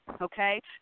okay